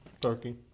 Turkey